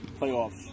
playoffs